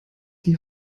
die